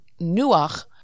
nuach